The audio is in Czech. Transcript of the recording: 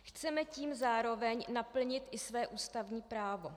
Chceme tím zároveň naplnit i své ústavní právo.